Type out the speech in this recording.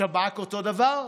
בשב"כ אותו דבר: